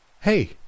Hey